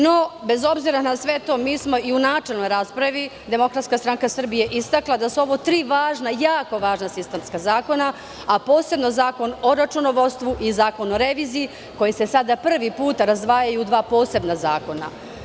No, bez obzira na sve to, DSS je i u načelnoj raspravi istakla da su ovo tri jako važna sistemska zakona, a posebno Zakon o računovodstvu i Zakon o reviziji, koji se sada prvi put razdvajaju u dva posebna zakona.